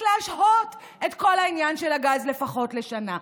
להשהות את כל העניין של הגז לפחות לשנה.